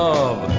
love